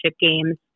games